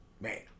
Man